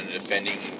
defending